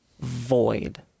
void